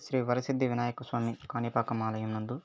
శ్రీ వరసిద్ధి వినాయక స్వామి కాణిపాకం ఆలయం నందు